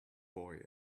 boy